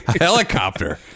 helicopter